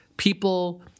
People